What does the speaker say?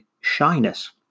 shyness